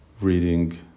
reading